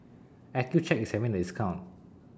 Accucheck IS having A discount